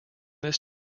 this